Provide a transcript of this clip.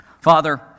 Father